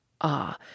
ah